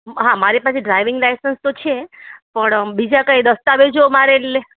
હા મારી પાસે ડ્રાઇવિંગ લાઇસન્સ તો છે પણ બીજા કંઈ દસ્તાવેજો મારે લે